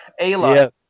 Ayla